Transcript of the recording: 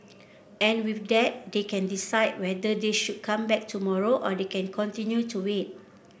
and with that they can decide whether they should come back tomorrow or they can continue to wait